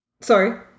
Sorry